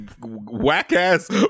whack-ass